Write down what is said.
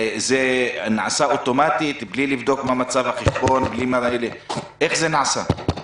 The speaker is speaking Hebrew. זה נעשה אוטומטית בלי לבדוק מה מצב החשבון איך זה נעשה?